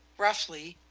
roughly,